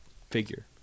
figure